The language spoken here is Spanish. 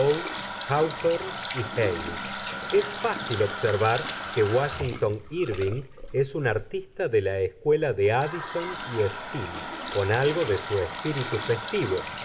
háwthorne y hale es fácil observar que wáshington írving es un artista de la escuela de áddison y steele con algo de su espíritu festivo